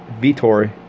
vitor